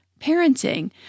parenting